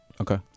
okay